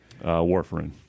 Warfarin